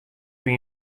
wie